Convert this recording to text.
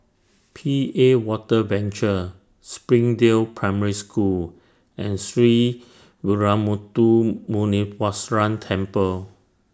P A Water Venture Springdale Primary School and Sree Veeramuthu Muneeswaran Temple